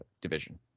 division